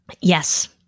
Yes